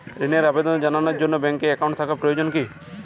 ঋণের আবেদন জানানোর জন্য ব্যাঙ্কে অ্যাকাউন্ট থাকা প্রয়োজন কী?